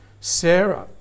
Sarah